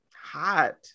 Hot